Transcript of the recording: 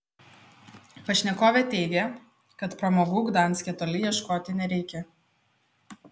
pašnekovė teigė kad pramogų gdanske toli ieškoti nereikia